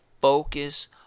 focus